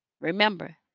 Remember